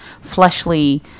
fleshly